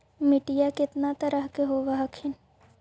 मिट्टीया कितना तरह के होब हखिन?